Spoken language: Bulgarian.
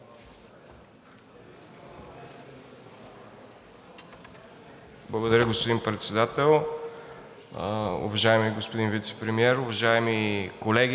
Благодаря, господин Председател. Уважаеми господин Вицепремиер, уважаеми колеги!